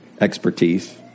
expertise